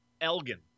Elgin